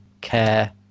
care